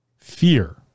Fear